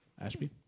Ashby